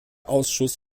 ausschuss